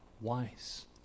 wise